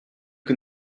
que